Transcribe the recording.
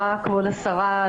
כבוד השרה,